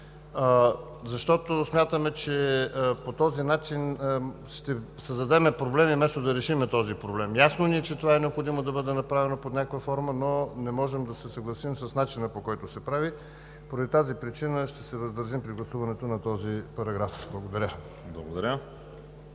Смятаме, че по този начин ще създадем проблеми, вместо да решим този проблем. Ясно ни е, че това е необходимо да бъде направено под някаква форма, но не можем да се съгласим с начина, по който се прави. Поради тази причина ще се въздържим при гласуването на този параграф. Благодаря.